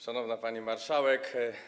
Szanowna Pani Marszałek!